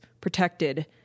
protected